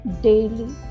Daily